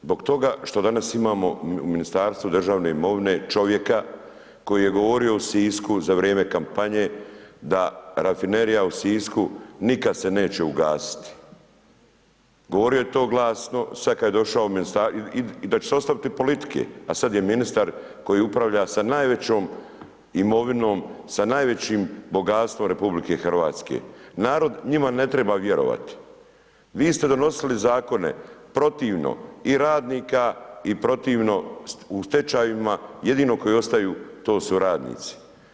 Zbog toga što danas imamo u Ministarstvu državne imovine čovjeka koji je govorio u Sisku za vrijeme kampanje da rafinerija u Sisku nikad se neće ugasit, govorio je to glasno, sad kad je došao u ministarstvo i da će se ostaviti politike, a sad je ministar koji upravlja sa najvećom imovinom, sa najvećim bogatstvom RH, narod njima ne treba vjerovati, vi ste donosili zakone protivno i radnika i protivno u stečajevima jedino koji ostaju to su radnici.